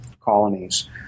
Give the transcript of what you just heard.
colonies